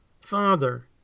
Father